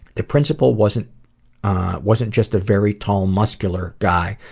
the principal wasn't wasn't just a very tall muscular guy,